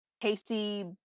Casey